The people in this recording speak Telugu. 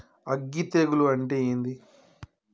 అగ్గి తెగులు అంటే ఏంది?